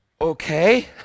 okay